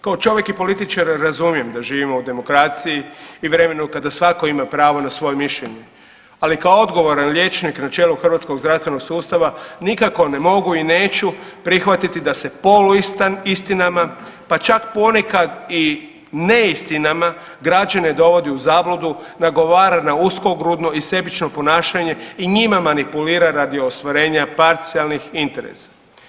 Kao čovjek i političar razumijem da živimo u demokraciji i vremenu kada svatko ima pravo na svoje mišljenje, ali kao odgovoran liječnik na čelu hrvatskog zdravstvenog sustava nikako ne mogu i neću prihvatiti da se polu istinama, pa čak ponekad i neistinama građane dovodi u zabludu, nagovara na uskogrudno i sebično ponašanje i njima manipulira radi ostvarenja parcijalnih interesa.